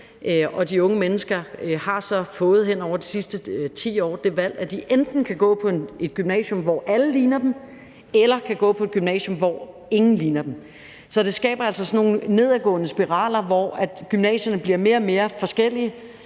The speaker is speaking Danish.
de unge mennesker har så hen over de sidste 10 år fået det valg, at de enten kan gå på et gymnasium, hvor alle ligner dem, eller kan gå på et gymnasium, hvor ingen ligner dem. Så det skaber altså sådan nogle nedadgående spiraler, hvor gymnasierne bliver mere og mere forskellige